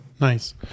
Nice